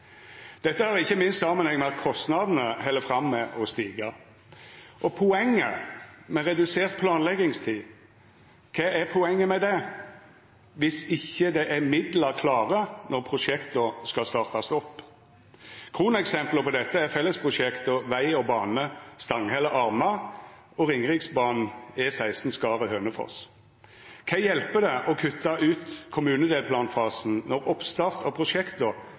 Dette har ikkje minst samanheng med at kostnadene held fram å stiga. Redusert planleggingstid – kva er poenget med det viss ikkje det er midlar klare når prosjekta skal startast opp? Kroneksempla på dette er fellesprosjekta for veg og bane Arna–Stanghelle og Ringeriksbanen/E16 Skaret–Hønefoss. Kva hjelper det å kutta ut kommunedelplanfasen når oppstarten av prosjekta